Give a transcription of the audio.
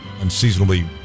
unseasonably